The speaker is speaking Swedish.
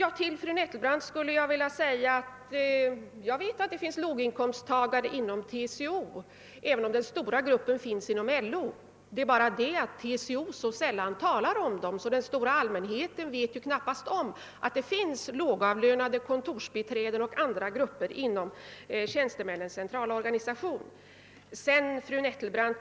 För fru Nettelbrandt vill jag påpeka, att jag vet att det finns låginkomsttagare inom TCO, även om den stora gruppen finns inom LO. Det är bara det att TCO så sällan talar om det att den stora allmänheten knappast vet om, att det finns lågavlönade kontorsbiträden och andra inom Tjänstemännens centralorganisation.